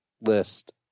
list